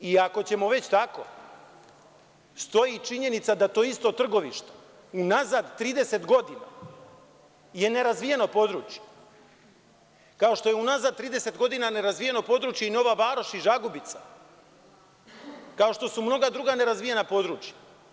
Ako ćemo već tako, stoji činjenica da to isto Trgovište unazad 30 godina je nerazvijeno područje, kao što je unazad 30 godina nerazvijeno područje i Nova Varoš i Žagubica, kao što su mnoga druga nerazvijena područja.